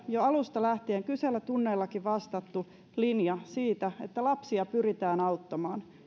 jo alusta lähtien kyselytunneillakin vastattu linja siitä että lapsia pyritään auttamaan